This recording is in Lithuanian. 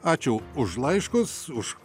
ačiū už laiškus už